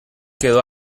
quedó